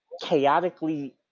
chaotically